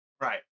Right